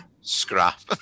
Scrap